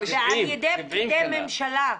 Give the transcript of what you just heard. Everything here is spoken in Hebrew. ועל ידי פקידי ממשלה.